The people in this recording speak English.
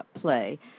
play